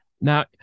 now